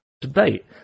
debate